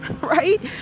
right